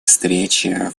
встрече